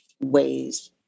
ways